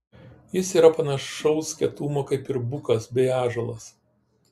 jis yra panašaus kietumo kaip ir bukas bei ąžuolas